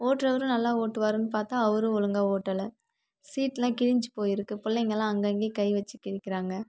ஓட்றவரும் நல்லா ஓட்டுவாருன்னு பார்த்தா அவரும் ஒழுங்காக ஓட்டலை சீட்லாம் கிழிஞ்சு போயிருக்கு பிள்ளைங்கெல்லாம் அங்கே இங்கே கை வச்சு கிழிக்கிறாங்க